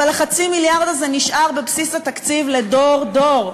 אבל החצי-מיליארד הזה נשאר בבסיס התקציב לדור-דור,